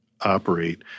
operate